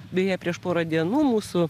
beje prieš porą dienų mūsų